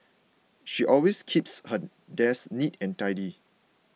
she always keeps her desk neat and tidy